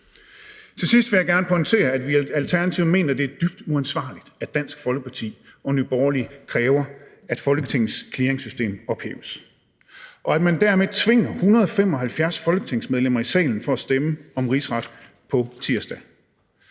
Til sidst vil jeg gerne pointere, at vi i Alternativet mener, at det er dybt uansvarligt, at Dansk Folkeparti og Nye Borgerlige kræver, at Folketingets clearingssystem ophæves, og at man dermed tvinger 175 folketingsmedlemmer i salen for at stemme om en rigsret på tirsdag.